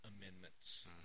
amendments